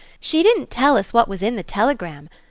she didn't tell us what was in the telegram.